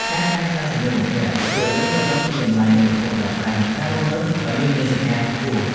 ការកែច្នៃសម្លៀកបំពាក់ជួយឱ្យយើងយល់ដឹងពីគុណតម្លៃនៃវត្ថុប្រើប្រាស់ និងការរស់នៅដោយមានមនសិការខ្ពស់។